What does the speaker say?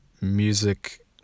music